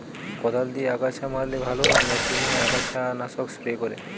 কদাল দিয়ে আগাছা মারলে ভালো না মেশিনে আগাছা নাশক স্প্রে করে?